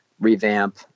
revamp